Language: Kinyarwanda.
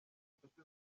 inshuti